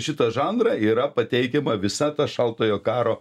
šitą žanrą yra pateikiama visa ta šaltojo karo